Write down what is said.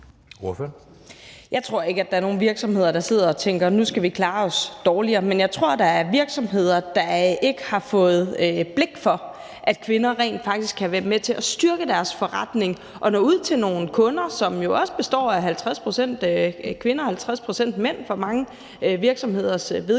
(S): Jeg tror ikke, at der er nogen virksomheder, der sidder og tænker, at nu skal vi klare os dårligere, men jeg tror, at der er virksomheder, der ikke har fået blik for, at kvinder rent faktisk kan være med til at styrke deres forretning og nå ud til nogle kunder, som jo for mange virksomheders vedkommende